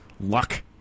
luck